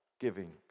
giving